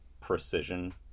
precision